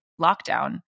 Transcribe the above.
lockdown